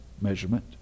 measurement